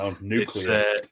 Nuclear